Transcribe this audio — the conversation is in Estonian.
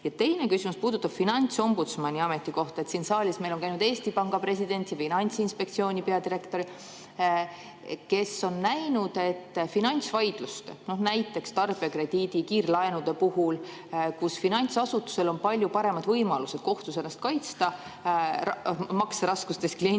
küsimus puudutab finantsombudsmani ametikohta. Siin saalis on meil käinud Eesti Panga president ja Finantsinspektsiooni peadirektor, kes on näinud, et finantsvaidluses, näiteks tarbijakrediidi või kiirlaenude puhul, on finantsasutusel palju paremad võimalused kohtus ennast kaitsta kui makseraskustes kliendil